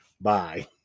Bye